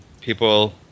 people